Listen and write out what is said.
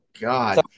God